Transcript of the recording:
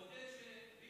חיים ביבס דיבר על זה.